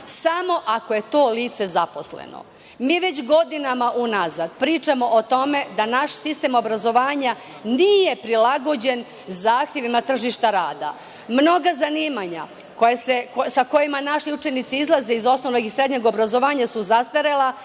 samo ako je to lice zaposleno. Mi već godinama unazad pričamo o tome da naš sistem obrazovanja nije prilagođen zahtevima tržišta rada. Mnoga zanimanja sa kojima naši učenici izlaze iz osnovnog i srednjeg obrazovanja su zastarela